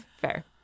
Fair